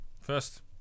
first